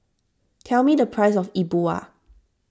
tell me the price of E Bua